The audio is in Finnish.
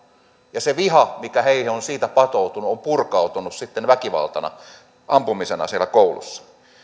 ja se viha mikä heihin on siitä patoutunut on purkautunut sitten väkivaltana ampumisena siellä koulussa